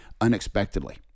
unexpectedly